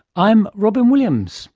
i'm robyn williams